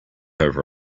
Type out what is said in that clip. over